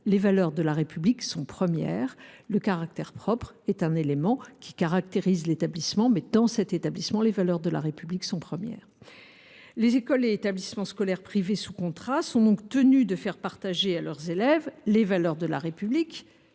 les valeurs de la République sont premières ; le caractère propre est un élément qui caractérise l’établissement, mais, au sein de celui ci, les valeurs de la République sont premières. Très bien ! Les écoles et les établissements scolaires privés sous contrat sont donc tenus de faire partager à leurs élèves les valeurs de la République,